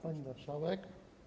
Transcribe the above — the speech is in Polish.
Pani Marszałek!